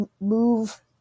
move